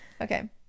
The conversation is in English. Okay